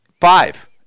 Five